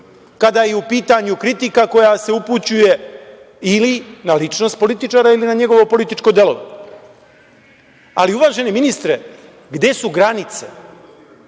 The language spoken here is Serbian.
kada je u pitanju kritika koja se upućuje ili na ličnost političara ili na njegovo političko delovanje. Uvaženi ministre, gde su granice